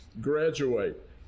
graduate